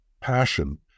Passion